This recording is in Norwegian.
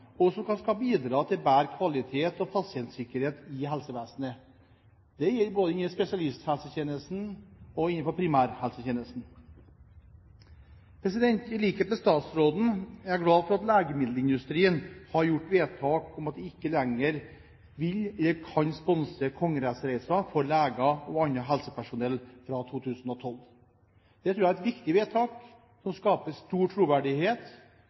og som skal bidra til bedre kvalitet og pasientsikkerhet i helsevesenet. Det gjelder både innen spesialisthelsetjenesten og innenfor primærhelsetjenesten. I likhet med statsråden er jeg glad for at legemiddelindustrien har gjort vedtak om at de ikke lenger vil eller kan sponse kongressreiser for leger og annet helsepersonell fra 2012. Det tror jeg er et viktig vedtak som skaper stor troverdighet,